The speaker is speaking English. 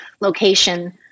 location